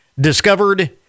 discovered